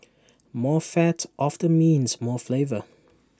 more fat often means more flavour